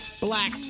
black